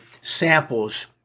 samples